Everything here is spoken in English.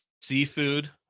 seafood